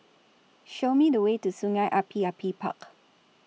Show Me The Way to Sungei Api Api Park